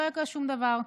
לא יקרה שום דבר.